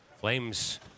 Flames